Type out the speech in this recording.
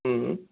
হুম